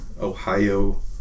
Ohio